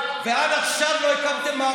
ועד עכשיו לא הקמתם,